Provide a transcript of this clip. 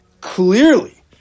clearly